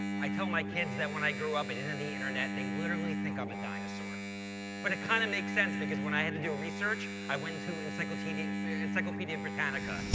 i tell my kids that when i grew up and didn't have the internet they literally think i'm a dinosaur but it kind of makes sense because when i had to do research, i went to encyclopedia encyclopedia britannica.